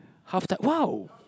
!wow!